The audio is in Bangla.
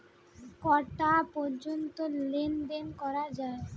কটা পর্যন্ত লেন দেন করা য়ায়?